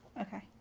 Okay